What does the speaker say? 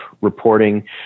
reporting